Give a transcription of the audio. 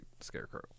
Scarecrow